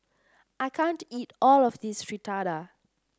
I can't eat all of this Fritada